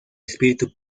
espíritu